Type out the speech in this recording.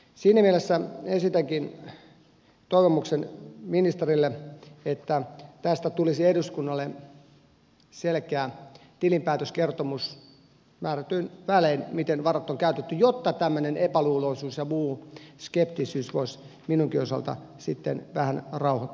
siinä mielessä esitänkin toivomuksen ministerille että tästä miten varat on käytetty tulisi eduskunnalle selkeä tilinpäätöskertomus määrätyin välein jotta tämmöinen epäluuloisuus ja muu skeptisyys voisi minunkin osaltani sitten vähän rauha